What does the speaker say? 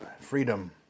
freedom